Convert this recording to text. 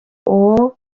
uwo